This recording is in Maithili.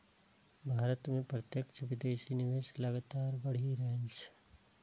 भारत मे प्रत्यक्ष विदेशी निवेश लगातार बढ़ि रहल छै